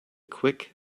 quick